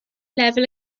lefel